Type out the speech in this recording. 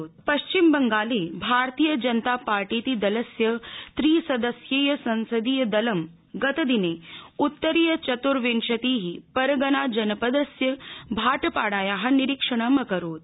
पश्चिम बंगाल पश्चिम बंगाले भारतीय जनता पार्टीति दलस्य त्रिसदस्यीय संसदीय दलं अद्य उत्तरीय चतुर्विंशतिः परगना जनपदस्य भाटपाड़ायाः निरीक्षणं अकरोत्